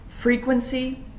Frequency